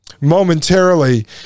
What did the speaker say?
momentarily